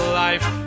life